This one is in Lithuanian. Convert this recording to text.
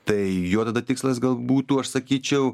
tai jo tada tikslas gal būtų aš sakyčiau